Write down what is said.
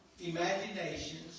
imaginations